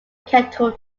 kettle